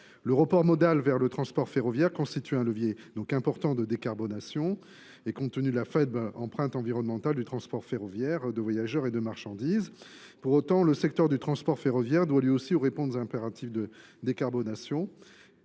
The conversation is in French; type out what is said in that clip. Le report modal vers le rail constitue un fort levier de décarbonation, compte tenu de la faible empreinte environnementale du transport ferroviaire de voyageurs et de marchandises. Pour autant, ce secteur doit lui aussi répondre aux impératifs de décarbonation.